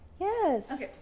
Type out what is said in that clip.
Yes